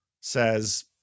says